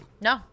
No